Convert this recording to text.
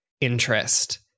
interest